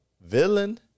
villain